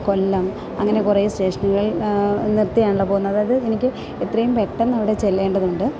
കൊല്ലം അങ്ങനെ കുറേ സ്റ്റേഷനുകളില് നിർത്തിയാണല്ലോ പോകുന്നത് അതായത് എനിക്ക് എത്രയും പെട്ടെന്ന് അവിടെ ചെല്ലേണ്ടതുണ്ട്